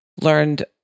learned